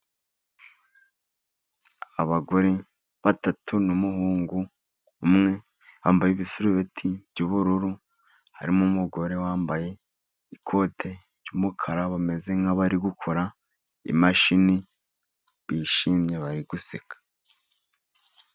Abagore batatu n'umuhungu umwe, bambaye ibisarubeti by'ubururu, harimo umugore wambaye ikoti ry'umukara, bameze nkabari gukora imashini bishimye bari guseka.